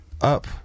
Up